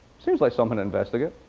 seems like something to investigate.